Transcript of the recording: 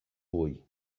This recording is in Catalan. vull